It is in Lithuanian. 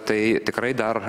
tai tikrai dar